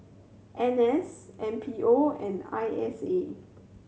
N S M P O and I S A